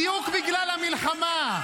בדיוק בגלל המלחמה.